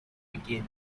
begin